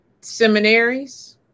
seminaries